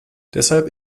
deshalb